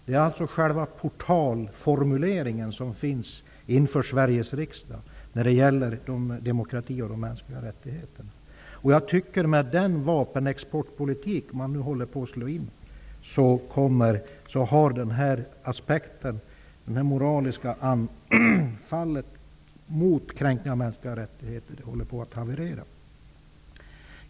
Det är alltså själva portalformuleringen inför Sveriges riksdag när det gäller demokrati och de mänskliga rättigheterna. Med den vapenexportpolitik man nu slår in på, håller det moraliska utfallet mot kränkningar av mänskliga rättigheter på att haverera.